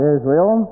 Israel